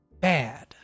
bad